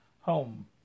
home